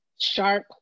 sharp